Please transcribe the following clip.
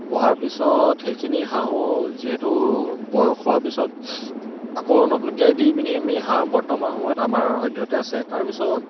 বঢ়াৰ পিছত সেইখিনি হাঁহো যিহেতু বয়স হোৱাৰ পিছত আকৌ নতুনকে দি পিনি আমি হাঁহ বৰ্তমান সময়ত আমাৰ সদ্যহতে আছে তাৰপিছত